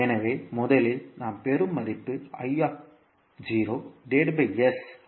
எனவே முதலில் நாம் பெறும் மதிப்பு ஆகும்